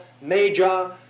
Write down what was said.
major